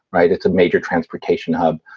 right? it's a major transportation hub.